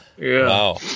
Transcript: wow